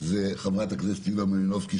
זה חברת הכנסת יוליה מלינובסקי,